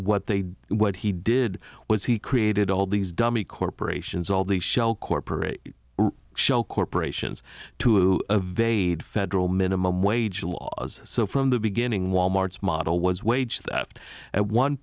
what they did what he did was he created all these dummy corporations all the shell corporate shell corporations to a vaid federal minimum wage laws so from the beginning wal mart's model was wage theft at one